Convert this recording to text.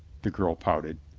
the girl pouted.